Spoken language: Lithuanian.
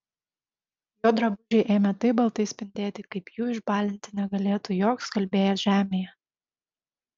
jo drabužiai ėmė taip baltai spindėti kaip jų išbalinti negalėtų joks skalbėjas žemėje